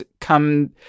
come